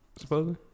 Supposedly